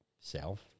self